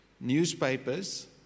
newspapers